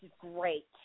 great